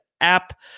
app